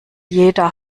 jeder